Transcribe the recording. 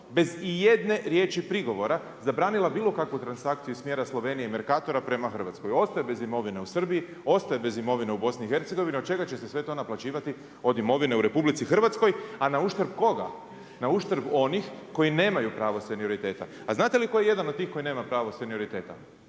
bez ijedne riječi prigovora zabranila bilokakvu transakciju iz smjera Slovenije, Mercatora prema Hrvatskoj. Ostaje bez imovine u Srbiji, ostaje bez imovine u BiH-u, od čega će se sve to naplaćivati, od imovine u RH, a nauštrb koga, na uštrb onih koji nemaju pravo senioriteta. A znate li koji je jedan od tih koji nema pravo senioriteta?